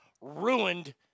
Ruined